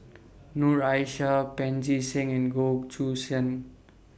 Noor Aishah Pancy Seng and Goh Choo San